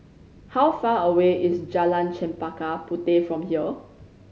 how far away is Jalan Chempaka Puteh from here